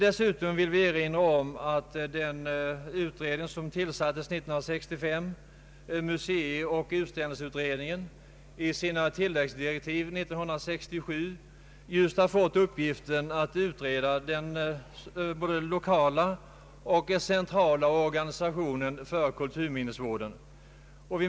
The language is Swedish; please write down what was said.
Dessutom vill vi erinra om att den utredning som tillsattes år 1965, museioch utställningsutredningen, i sina tillläggsdirektiv år 1967 har fått uppgiften att utreda både den lokala och den centrala organisationen för kulturmin nesvården.